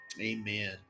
amen